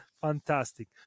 Fantastic